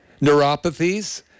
neuropathies